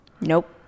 Nope